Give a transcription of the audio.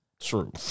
True